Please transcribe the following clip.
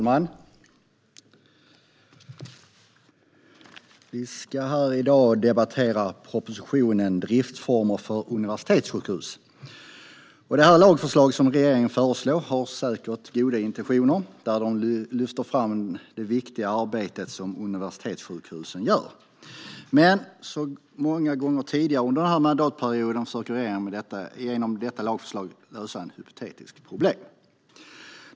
Herr talman! Vi debatterar propositionen Driftsformer för universitetssjukhus . Regeringen har säkert goda intentioner med det lagförslag som man föreslår. Man lyfter fram det viktiga arbete som universitetssjukhusen gör. Men som så många gånger tidigare under denna mandatperiod försöker regeringen genom detta lagförslag lösa ett hypotetiskt problem.